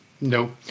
No